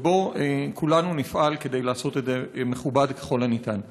ובו כולנו נפעל כדי לעשות את זה מכובד ככל האפשר.